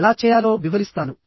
ఎలా చేయాలో వివరిస్తాను